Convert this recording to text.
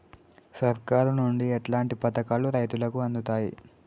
సర్కారు నుండి ఎట్లాంటి పథకాలు రైతులకి అందుతయ్?